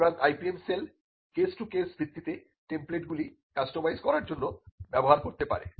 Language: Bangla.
সুতরাং IPM cell case to case ভিত্তিতে টেমপ্লেটগুলি কাস্টমাইজ করার জন্য ব্যবহার করতে পারে